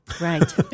Right